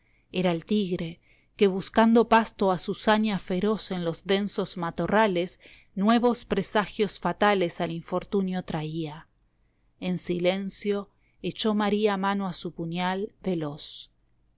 era el tigre que buscando pasto a su saña feroz en los densos matorrales nuevos presagios fatales al infortunio traía en silencio echó maría mano a su puñal veloz